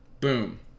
Boom